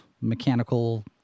mechanical